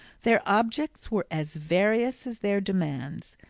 their objects were as various as their demands.